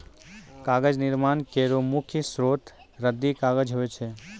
कागज निर्माण केरो मुख्य स्रोत रद्दी कागज होय छै